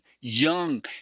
young